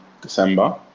December